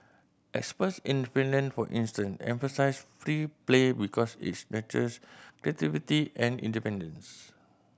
experts in Finland for instance emphasise free play because its nurtures creativity and independence